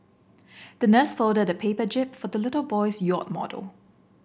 the nurse folded a paper jib for the little boy's yacht model